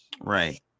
right